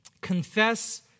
confess